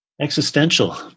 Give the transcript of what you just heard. existential